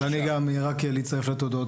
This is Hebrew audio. אז גם אני, אני רק מצטרף לתודות.